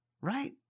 right